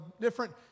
different